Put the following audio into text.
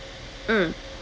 mm